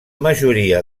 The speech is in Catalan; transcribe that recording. majoria